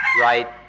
right